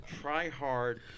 try-hard